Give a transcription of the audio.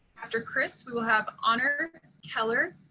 after chris, we will have honor keller.